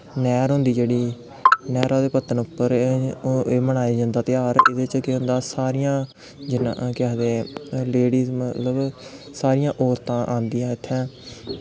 नैह्र होंदी जेह्ड़ी नैह्रा दे पत्तन उप्पर एह् मनाया जंदा तेहार एह्दे च केह् होंदा सारियां केह् आखदे लेडीस न सारियां औरतां आंदियां इत्थै